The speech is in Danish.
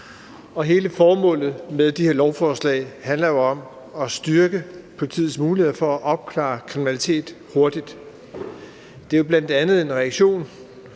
og hele formålet med de her lovforslag handler jo om at styrke politiets muligheder for at opklare kriminalitet hurtigt. Det er jo bl.a. en reaktion